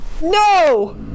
No